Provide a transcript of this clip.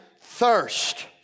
thirst